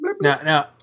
now